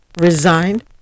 resigned